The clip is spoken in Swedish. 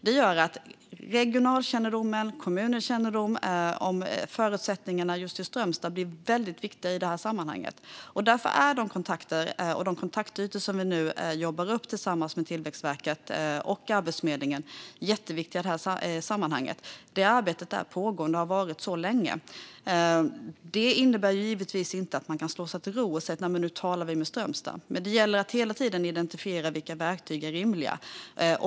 Det gör att regionalkännedomen och kommunens kännedom om förutsättningarna just i Strömstad blir väldigt viktiga i sammanhanget. Därför är de kontakter och de kontaktytor som vi nu jobbar upp tillsammans med Tillväxtverket och Arbetsförmedlingen jätteviktiga här. Det arbetet är pågående och har varit så länge. Det innebär givetvis inte att man kan slå sig till ro och säga: Nu talar vi med Strömstad. Det gäller att hela tiden identifiera vilka verktyg som är rimliga.